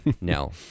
no